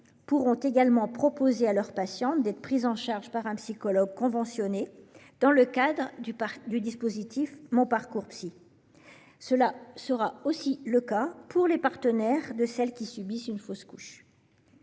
pourront également proposer à leurs patientes d'être prises en charge par un psychologue conventionné dans le cadre du dispositif MonParcoursPsy. Ce sera aussi le cas pour les partenaires de celles qui subissent une fausse couche.